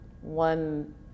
one